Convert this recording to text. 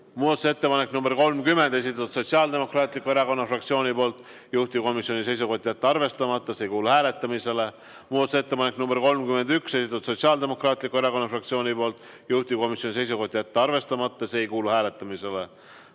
Muudatusettepanek nr 30, esitanud Sotsiaaldemokraatliku Erakonna fraktsioon, juhtivkomisjoni seisukoht on jätta arvestamata, see ei kuulu hääletamisele. Muudatusettepanek nr 31, esitanud Sotsiaaldemokraatliku Erakonna fraktsioon, juhtivkomisjoni seisukoht on jätta arvestamata, see ei kuulu hääletamisele.